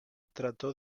trató